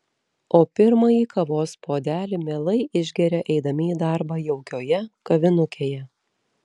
o pirmąjį kavos puodelį mielai išgeria eidami į darbą jaukioje kavinukėje